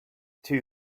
two